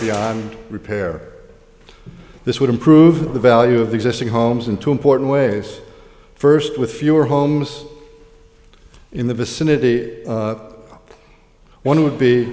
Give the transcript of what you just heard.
beyond repair this would improve the value of the existing homes in two important ways first with fewer homes in the vicinity one would